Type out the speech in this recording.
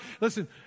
listen